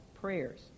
prayers